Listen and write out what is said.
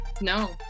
No